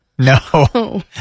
No